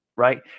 right